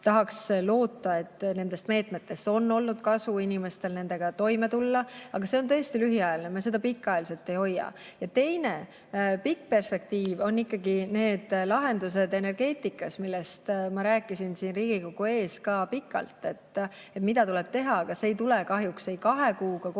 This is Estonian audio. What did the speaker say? tahaks loota, et nendest meetmetest on inimestele kasu olnud, et toime tulla. Aga see on tõesti lühiajaline, me pikaajaliselt seda ei hoia. Teine, pikk perspektiiv on ikkagi lahendused energeetikas, millest ma rääkisin siin Riigikogu ees ka pikalt, mida tuleb teha. Aga see ei tule kahjuks ei kahe kuuga,